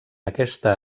aquesta